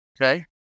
Okay